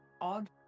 Odd